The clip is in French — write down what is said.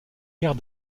père